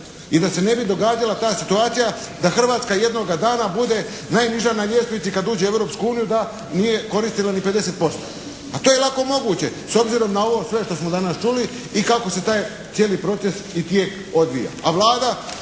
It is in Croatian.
I da se ne bi događala ta situacija da Hrvatska jednoga dana bude najniža na ljestvici kad uđe u Europsku uniju da nije koristila ni 50%. A to je lako moguće, s obzirom na ovo sve što smo danas čuli i kako se taj cijeli proces i tijek odvija.